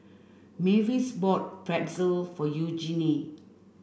Mavis bought Pretzel for Eugenie